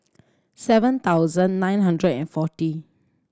seven thousand nine hundred and forty